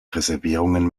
reservierungen